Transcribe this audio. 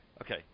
Okay